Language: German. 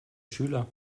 schüler